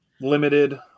limited